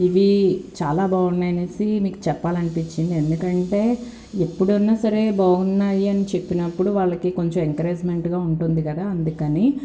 ఇవి చాలా బాగున్నాయనేసి మీకు చెప్పాలనిపించింది ఎందుకంటే ఎప్పుడన్నా సరే బాగున్నాయి అని చెప్పినప్పుడు వాళ్ళకి కొంచెం ఎంకరేజ్మెంట్గా ఉంటుంది కదా అందుకని